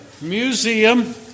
museum